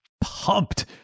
pumped